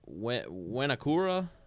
Wenakura